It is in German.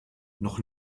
noch